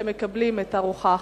מקבלים את הארוחה החמה.